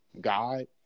God